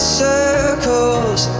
circles